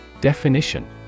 DEFINITION